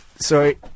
Sorry